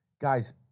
Guys